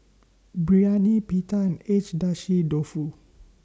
Biryani Pita and Agedashi Dofu